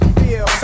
feel